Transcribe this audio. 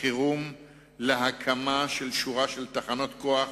חירום להקמה של שורה של תחנות כוח